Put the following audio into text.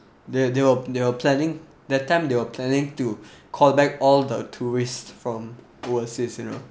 they they were they were they were planning that time they were planning to call back all the tourists from overseas you know